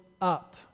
up